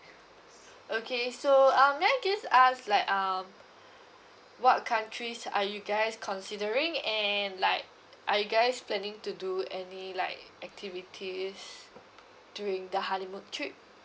okay so um may I just ask like um what countries are you guys considering and like are you guys planning to do any like activities during honeymoon trip